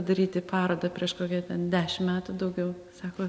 daryti parodą prieš kokį ten dešim metų daugiau sako